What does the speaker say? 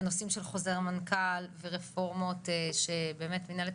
הנושאים של חוזר מנכ"ל ורפורמות שבאמת מינהלת